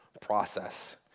process